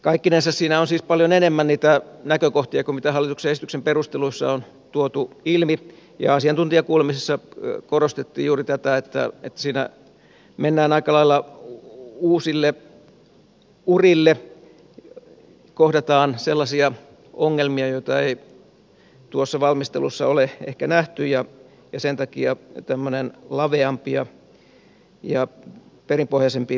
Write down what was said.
kaikkinensa siinä on siis paljon enemmän niitä näkökohtia kuin hallituksen esityksen perusteluissa on tuotu ilmi ja asiantuntijakuulemisissa korostettiin juuri tätä että siinä mennään aika lailla uusille urille kohdataan sellaisia ongelmia joita ei tuossa valmistelussa ole ehkä nähty ja sen takia tämmöinen laveampi ja perinpohjaisempi valmistelutyö on tarpeen